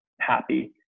happy